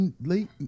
late